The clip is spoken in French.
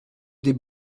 des